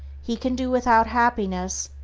he can do without happiness,